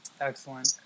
Excellent